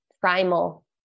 primal